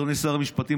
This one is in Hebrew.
אדוני שר המשפטים,